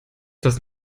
das